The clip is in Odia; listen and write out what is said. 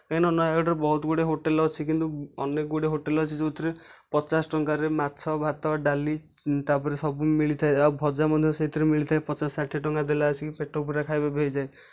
କାହିଁକିନା ନୟାଗଡ଼ରେ ବହୁତ ହୋଟେଲ ଗୁଡ଼େ ହୋଟେଲ ଅଛି କିନ୍ତୁ ଅନେକ ଗୁଡ଼ିଏ ହୋଟେଲ ଅଛି ଯେଉଁଥିରେ ପଚାଶ ଟଙ୍କାରେ ମାଛ ଭାତ ଡାଲି ତା'ପରେ ସବୁ ମିଳିଥାଏ ଆଉ ଭଜା ମଧ୍ୟ ସେଥିରେ ମିଳିଥାଏ ପଚାଶ ଷାଠିଏ ଟଙ୍କା ଦେଲେ ଆସିକି ପେଟ ପୁରା ଖାଇବା ହୋଇଯାଏ